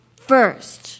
first